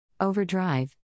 OverDrive